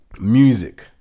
music